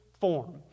form